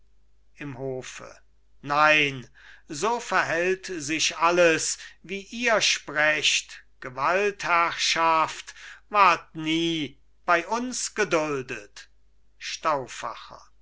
im hofe nein so verhält sich alles wie ihr sprecht gewaltherrschaft ward nie bei uns geduldet